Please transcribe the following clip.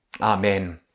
Amen